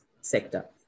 sector